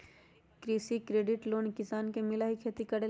कृषि credit loan किसान के मिलहई खेती करेला?